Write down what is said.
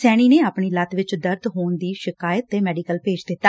ਸੈਣੀ ਨੇ ਆਪਣੀ ਲੱਤ ਵਿਚ ਦਰਦ ਹੋਣ ਦੀ ਸ਼ਿਕਾਇਤ ਤੇ ਮੈਡੀਕਲ ਭੇਜ ਦਿੱਤਾ